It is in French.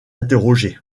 interrogée